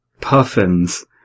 puffins